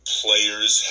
players